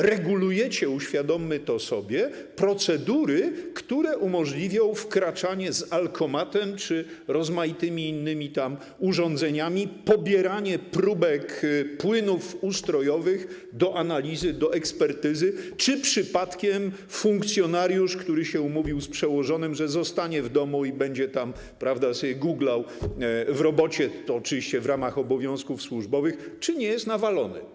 Regulujecie - uświadommy to sobie - procedury, które umożliwią wkraczanie z alkomatem czy z rozmaitymi innymi tam urządzeniami, pobieranie próbek płynów ustrojowych do analizy, do ekspertyzy, czy przypadkiem funkcjonariusz, który się umówił z przełożonym, że zostanie w domu i będzie tam, prawda, sobie googlał w robocie, to oczywiście w ramach obowiązków służbowych, czy nie jest nawalony.